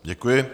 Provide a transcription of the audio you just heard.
Děkuji.